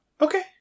Okay